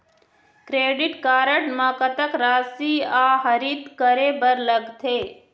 Credit card म कतक राशि आहरित करे बर लगथे?